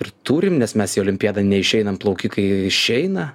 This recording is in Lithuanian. ir turim nes mes į olimpiadą neišeinam plaukikai išeina